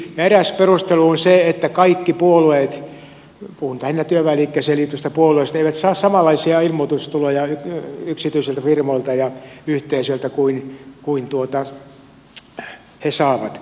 eräs perustelu oli se että kaikki puolueet puhun nyt lähinnä työväenliikkeeseen liittyvistä puolueista eivät saa samanlaisia ilmoitustuloja yksityisiltä firmoilta ja yhteisöiltä kuin he saavat